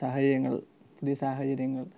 സാഹചര്യങ്ങൾ പുതിയ സാഹചര്യങ്ങൾ